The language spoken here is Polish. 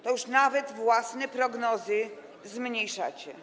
To już nawet własne prognozy zmniejszacie.